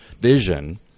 vision